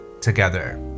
together